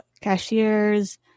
cashiers